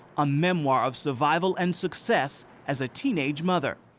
a memoir of survival and success as a teenage mother.